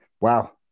wow